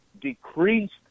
decreased